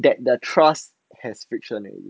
that the trust has friction already